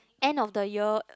end of the year